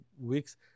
weeks